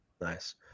Nice